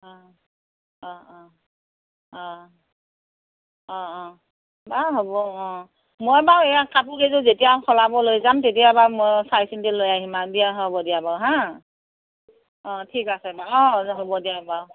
অঁ অঁ অঁ অঁ অঁ অঁ বাৰু হ'ব অঁ মই বাৰু এইয়া কাপোৰ কেইযোৰ যেতিয়া সলাব লৈ যাম তেতিয়া বাৰু মই চাই চিন্তি লৈ আহিম আৰু দিয়া হ'ব দিয়া বাৰু হা অঁ ঠিক আছে বাৰু অঁ হ'ব দিয়া বাৰু